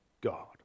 God